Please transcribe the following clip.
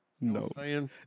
No